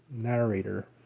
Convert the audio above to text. narrator